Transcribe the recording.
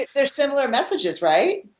they're similar messages, right?